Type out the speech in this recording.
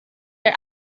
der